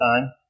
time